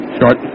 Short